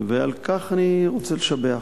ועל כך אני רוצה לשבח.